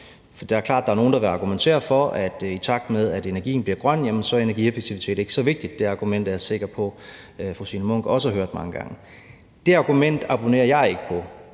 For det er klart, at der er nogle, der vil argumentere for, at i takt med at energien bliver grøn, er energieffektivitet ikke så vigtigt. Det argument er jeg sikker på fru Signe Munk også har hørt mange gange. Det argument abonnerer jeg ikke på,